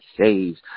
saves